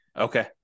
Okay